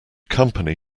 company